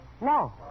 No